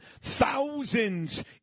Thousands